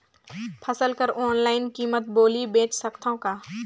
फसल कर ऑनलाइन कीमत बोली बेच सकथव कौन?